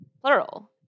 plural